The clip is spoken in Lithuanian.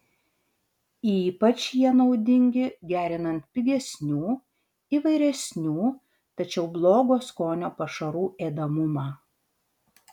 ypač jie naudingi gerinant pigesnių įvairesnių tačiau blogo skonio pašarų ėdamumą